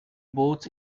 boats